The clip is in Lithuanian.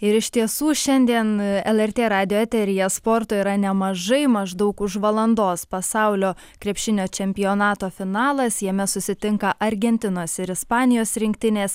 ir iš tiesų šiandien lrt radijo eteryje sporto yra nemažai maždaug už valandos pasaulio krepšinio čempionato finalas jame susitinka argentinos ir ispanijos rinktinės